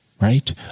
right